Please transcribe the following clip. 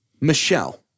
Michelle